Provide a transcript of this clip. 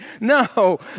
No